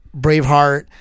Braveheart